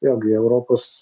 vėlgi europos